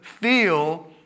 feel